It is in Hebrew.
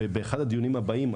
ובאחד הדיונים הבאים,